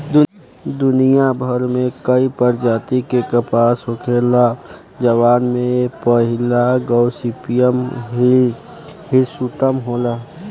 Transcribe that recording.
दुनियाभर में कई प्रजाति के कपास होखेला जवना में पहिला गॉसिपियम हिर्सुटम होला